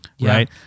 right